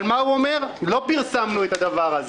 אבל הוא אומר שלא פרסמו את הדבר הזה.